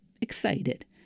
excited